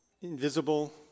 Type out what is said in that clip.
invisible